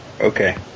Okay